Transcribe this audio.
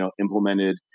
implemented